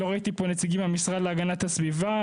לא ראיתי פה נציגים מהמשרד להגנת הסביבה,